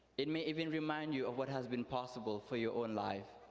it may even remind you of what has been possible for your own life.